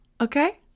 okay